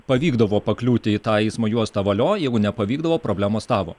pavykdavo pakliūti į tą eismo juostą valio jeigu nepavykdavo problemos tavo